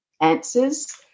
answers